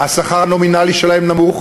השכר הנומינלי שלהם נמוך,